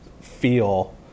feel